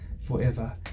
forever